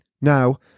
Now